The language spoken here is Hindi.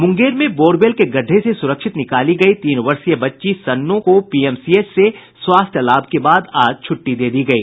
मुंगेर में बोरवेल के गड़ढ़े से सुरक्षित निकाली गयी तीन वर्षीय बच्ची सन्नो को पीएमसीएच से स्वास्थ्य लाभ के बाद आज छुट्टी दे दी गयी